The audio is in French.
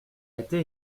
été